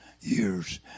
years